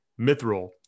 Mithril